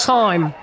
time